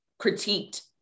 critiqued